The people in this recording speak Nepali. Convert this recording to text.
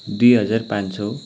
दुई हजार पाँच सौ